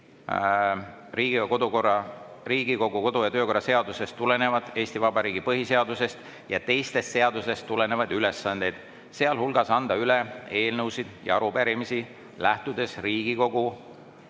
Riigikogu kodu‑ ja töökorra seadusest tulenevaid, Eesti Vabariigi põhiseadusest ja teistest seadustest tulenevaid ülesandeid, sealhulgas anda üle eelnõusid ja arupärimisi, lähtudes Riigikogu